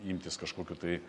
imtis kažkokių tai